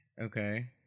Okay